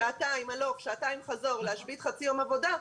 שעתיים הלוך ושעתיים חזור ולהשבית חצי יום עבודה,